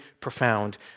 profound